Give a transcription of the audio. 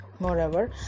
Moreover